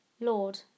Lord